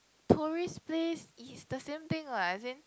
tourist place is the same thing what as in